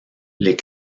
les